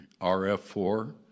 RF-4